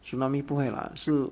tsunami 不会 lah 是